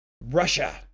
Russia